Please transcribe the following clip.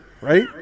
right